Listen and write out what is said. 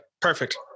perfect